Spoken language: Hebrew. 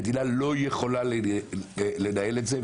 המדינה לא יכולה לנהל את זה.